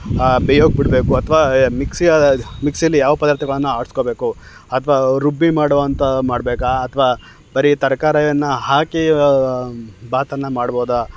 ಬೇಯೋಕೆ ಬಿಡಬೇಕು ಅಥ್ವಾ ಮಿಕ್ಸಿ ಮಿಕ್ಸಿಲಿ ಯಾವ ಪದಾರ್ಥಗಳನ್ನು ಆಡಿಸ್ಕೋಬೇಕು ಅಥ್ವಾ ರುಬ್ಬಿ ಮಾಡುವಂಥ ಮಾಡಬೇಕ ಅಥ್ವಾ ಬರೀ ತರಕಾರಿಯನ್ನ ಹಾಕಿ ಭಾತನ್ನು ಮಾಡ್ಬೋದಾ